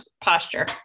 posture